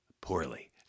Poorly